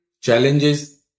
challenges